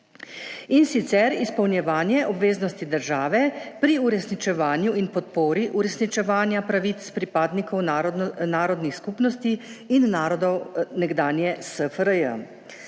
in sicer izpolnjevanje obveznosti države pri uresničevanju in podpori uresničevanja pravic pripadnikov narodnih skupnosti in narodov nekdanje SFRJ.